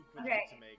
Okay